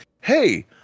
hey